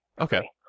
Okay